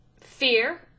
fear